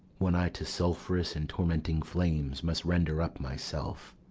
when i to sulph'uous and tormenting flames must render up myself.